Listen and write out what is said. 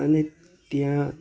અને ત્યાં